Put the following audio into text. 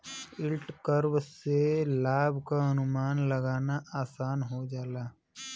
yield curve से लाभ क अनुमान लगाना आसान हो जाला